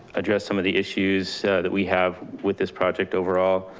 address some of the issues that we have with this project overall.